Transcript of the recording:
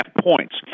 points